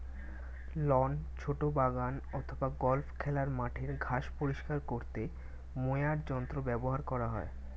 loan, ছোট বাগান অথবা গল্ফ খেলার মাঠের ঘাস পরিষ্কার করতে মোয়ার যন্ত্র ব্যবহার করা হয়